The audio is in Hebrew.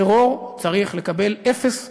טרור צריך לקבל אפס הישגים,